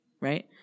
right